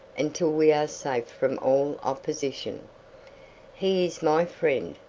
until we are safe from all opposition. he is my friend,